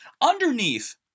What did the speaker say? Underneath